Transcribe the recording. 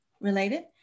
related